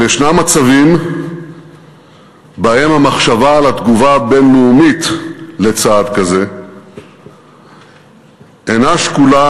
אבל ישנם מצבים שבהם המחשבה על התגובה הבין-לאומית לצעד כזה אינה שקולה